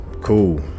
cool